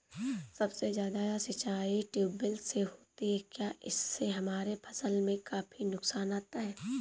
सबसे ज्यादा सिंचाई ट्यूबवेल से होती है क्या इससे हमारे फसल में काफी नुकसान आता है?